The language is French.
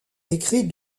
écrite